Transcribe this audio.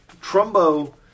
Trumbo